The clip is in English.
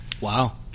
Wow